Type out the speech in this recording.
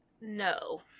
No